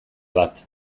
bat